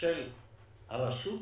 של הרשות